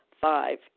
Five